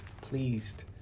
pleased